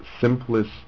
simplest